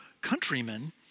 countrymen